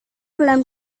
pelan